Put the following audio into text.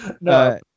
No